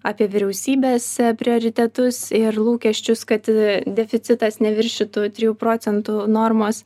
apie vyriausybės prioritetus ir lūkesčius kad deficitas neviršytų trijų procentų normos